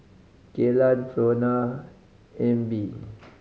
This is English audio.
Kaylan Frona Ebbie